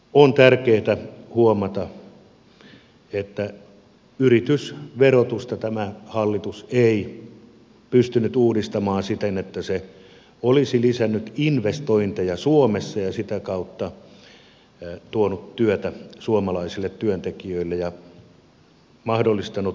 on tärkeää huomata että yritysverotusta tämä hallitus ei pystynyt uudistamaan siten että se olisi lisännyt investointeja suomessa ja sitä kautta tuonut työtä suomalaisille työntekijöille ja mahdollistanut julkiset hyvinvointipalvelut